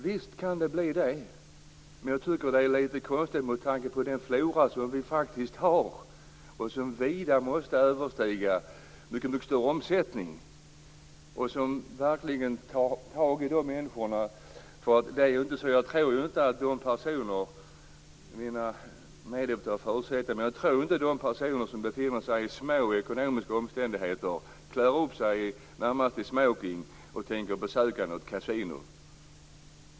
Visst kan det bli sådana, herr statsråd, men jag tycker att det är lite konstigt med tanke på den flora som vi faktiskt har och som har en mycket stor omsättning. Jag tror inte att de personer som befinner sig i små ekonomiska omständigheter klär upp sig i smoking och tänker besöka något kasino.